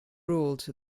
ruled